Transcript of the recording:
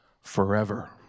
forever